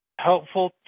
helpful